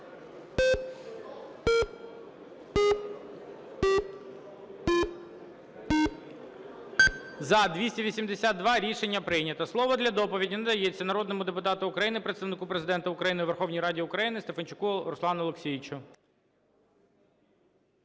За-282 Рішення прийнято. Слово для доповіді надається народному депутату України, Представнику Президента України у Верховній Раді України Стефанчуку Руслану Олексійовичу.